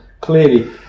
clearly